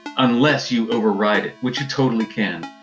unless you override it, which you totally can.